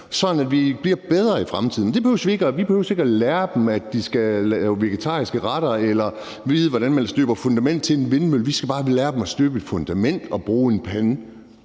sådan at vi bliver bedre i fremtiden. Vi behøver ikke at lære dem, at de skal lave vegetariske retter eller vide, hvordan man støber fundament til en vindmølle. Vi skal bare lære dem at støbe et fundament og bruge en pande,